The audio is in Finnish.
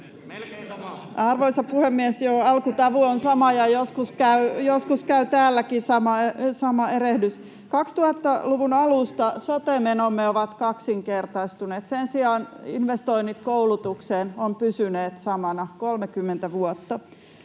Arvoisa puhemies! Joo, alkutavu on sama, ja joskus käy täälläkin sama erehdys. 2000-luvun alusta sote-menomme ovat kaksinkertaistuneet. Sen sijaan investoinnit koulutukseen ovat pysyneet samana 30 vuotta.